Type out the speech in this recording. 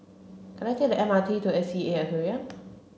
can I take the M R T to S E A Aquarium